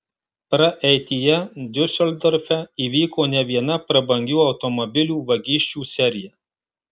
praeityje diuseldorfe įvyko ne viena prabangių automobilių vagysčių serija